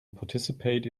participate